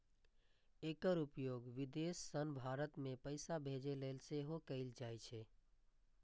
एकर उपयोग विदेश सं भारत मे पैसा भेजै लेल सेहो कैल जाइ छै